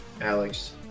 Alex